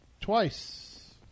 Twice